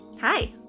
Hi